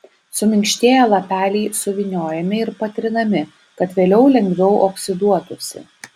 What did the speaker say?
suminkštėję lapeliai suvyniojami ir patrinami kad vėliau lengviau oksiduotųsi